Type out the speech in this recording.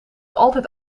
altijd